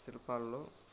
శిల్పాల్లో